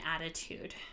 attitude